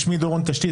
שמי דורון תשתית,